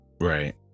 Right